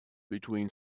between